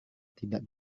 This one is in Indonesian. tidak